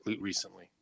recently